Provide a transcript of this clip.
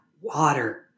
water